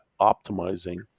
optimizing